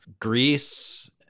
Greece